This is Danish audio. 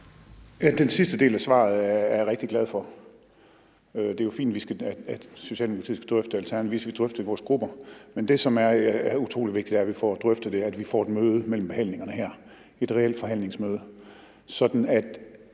Den sidste del af svaret er jeg rigtig glad for. Det er jo fint, at vi i Socialdemokratiet og Alternativet skal drøfte det i vores grupper. Men det, som er utrolig vigtigt, er, at vi får et møde mellem behandlingerne her, et reelt forhandlingsmøde, hvor vi